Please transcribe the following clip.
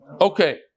Okay